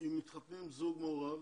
אם מתחתנים זוג מעורב,